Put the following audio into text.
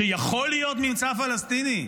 שיכול להיות ממצא פלסטיני?